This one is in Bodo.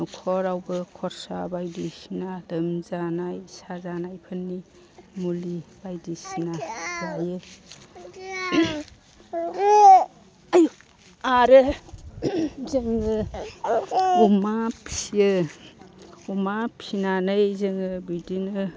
न'खरावबो खरसा बायदिसिना लोमजानाय साजानायफोरनि मुलि बायदिसिना जायो आरो जोङो अमा फिसियो अमा फिसिनानै जोङो बिदिनो